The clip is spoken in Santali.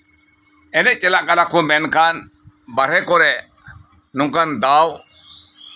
ᱮᱱᱮᱡ ᱪᱟᱞᱟᱜ ᱠᱟᱱᱟ ᱠᱚ ᱢᱮᱱᱠᱷᱟᱱ ᱵᱟᱦᱨᱮ ᱠᱚᱨᱮᱜ ᱱᱚᱝᱠᱟᱱ ᱫᱟᱣ